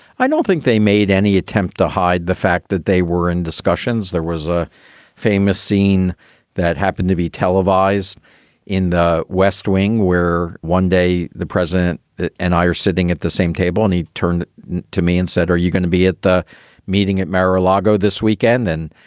i don't think they made any attempt to hide the fact that they were in discussions. there was a famous scene that happened to be televised in the west wing, where one day the president and i are sitting at the same table. and he turned to me and said, are you gonna be at the meeting at mara lago this weekend then?